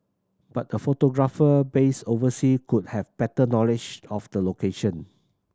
but a photographer based oversea could have better knowledge of the location